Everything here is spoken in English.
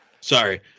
sorry